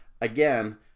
Again